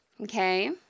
okay